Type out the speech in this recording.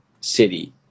City